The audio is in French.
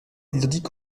identique